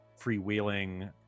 freewheeling